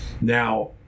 Now